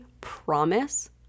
promise